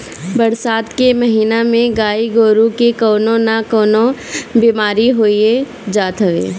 बरसात के महिना में गाई गोरु के कवनो ना कवनो बेमारी होइए जात हवे